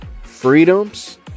freedoms